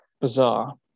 bizarre